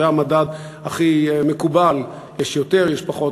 זה המדד הכי מקובל: יש יותר, יש פחות.